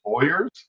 employers